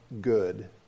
good